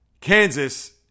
Kansas